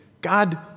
God